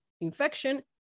infection